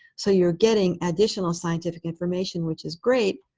so you're getting additional scientific information, which is great.